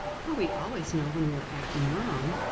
for we always know when we are acting wrong,